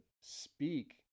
speak